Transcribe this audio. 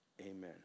Amen